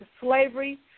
slavery